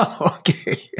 Okay